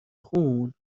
خون